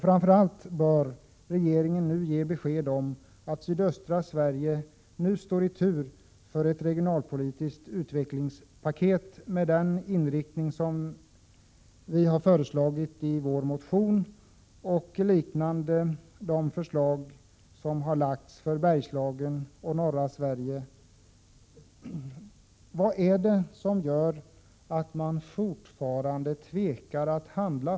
Framför allt bör regeringen nu ge besked om att sydöstra Sverige står på tur för ett regionalpolitiskt utvecklingspaket som har den inriktning som vi föreslagit i vår motion och som överensstämmer med de förslag som har lagts fram när det gäller Bergslagen och norra Sverige. Vad är det som gör att man från statsmakternas sida fortfarande tvekar att handla?